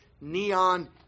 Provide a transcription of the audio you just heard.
neon